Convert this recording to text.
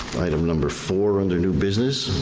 item number four under new business.